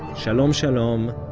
shalom shalom,